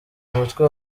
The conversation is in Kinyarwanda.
umutwe